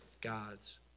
gods